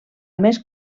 més